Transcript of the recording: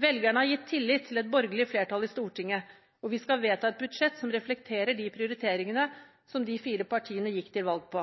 Velgerne har gitt tillit til et borgerlig flertall i Stortinget, og vi skal vedta et budsjett som reflekterer de prioriteringene som de fire partiene gikk til valg på.